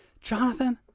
Jonathan